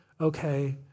okay